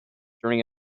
during